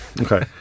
Okay